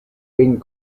bing